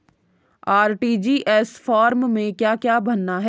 RTGS form में क्या क्या भरना है?